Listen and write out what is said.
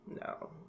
no